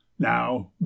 Now